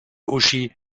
uschi